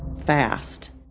fast